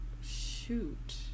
shoot